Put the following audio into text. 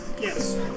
Yes